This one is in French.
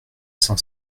cent